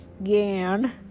again